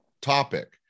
topic